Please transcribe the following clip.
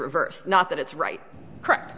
reversed not that it's right correct